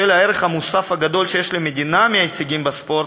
בשל הערך המוסף הגדול שיש למדינה מההישגים בספורט,